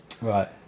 Right